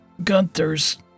Gunther's